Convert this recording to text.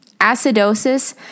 acidosis